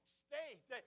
state